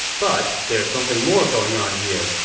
but, there's something more going on here,